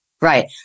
Right